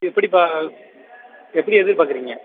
எப்படிப்பா எப்படி எதிர்பார்க்குறீங்க